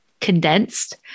condensed